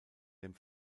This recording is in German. dem